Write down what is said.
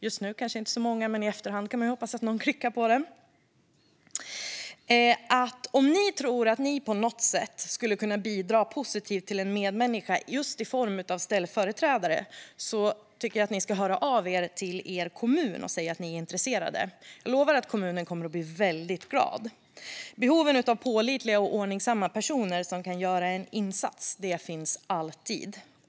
Just nu kanske det inte är så många, men man kan ju hoppas att någon klickar på den i efterhand. Om ni tror att ni på något sätt skulle kunna bidra positivt till en medmänniska just som ställföreträdare tycker jag att ni ska höra av er till er kommun och säga att ni är intresserade. Jag lovar att kommunen kommer att bli väldigt glad. Behovet av pålitliga och ordningsamma personer som kan göra en insats finns alltid.